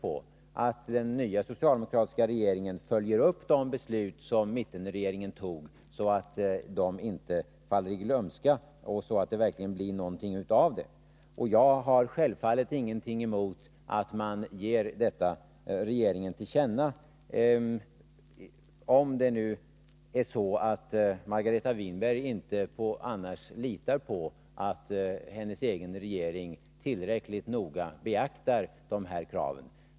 Jag tycker att den nya socialdemokratiska regeringen nu skall följa upp de beslut som mittenregeringen fattade, så att de inte faller i glömska och så att det verkligen blir någonting av det. Jag har självfallet ingenting emot att man ger regeringen detta till känna, om det är så att Margareta Winberg annars inte litar på att hennes egen regering tillräckligt noga beaktar de här kraven.